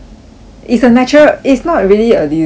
it's a natural it's not really a disaster